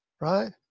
right